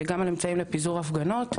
וגם על אמצעים לפיזור הפגנות.